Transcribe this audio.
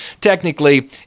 technically